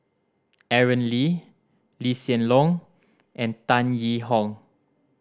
Aaron Lee Lee Hsien Loong and Tan Yee Hong